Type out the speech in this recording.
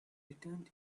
return